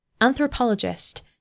Anthropologist